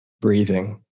Breathing